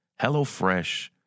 HelloFresh